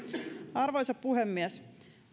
arvoisa puhemies